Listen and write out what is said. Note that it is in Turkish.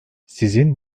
sizin